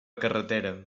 carretera